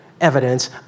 evidence